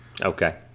Okay